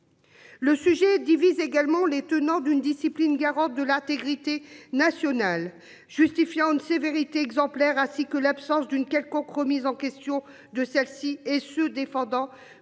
Le sujet divise également les tenants d'une discipline garant de l'intégrité nationale justifiant une sévérité exemplaire, ainsi que l'absence d'une quelconque remise en question de celle-ci et se défendant